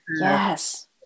Yes